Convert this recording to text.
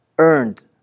earned